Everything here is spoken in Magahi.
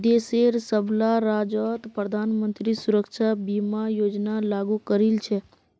देशेर सबला राज्यत प्रधानमंत्री सुरक्षा बीमा योजना लागू करील छेक